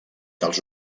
dels